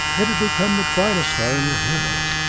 it had become the brightest star in their heavens.